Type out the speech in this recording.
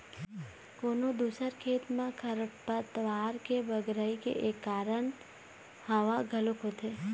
कोनो दूसर खेत म खरपतवार के बगरई के एक कारन हवा घलोक होथे